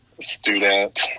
student